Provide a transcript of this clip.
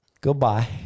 Goodbye